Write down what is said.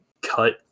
cut